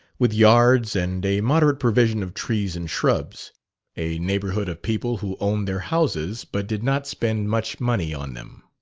with yards and a moderate provision of trees and shrubs a neighborhood of people who owned their houses but did not spend much money on them.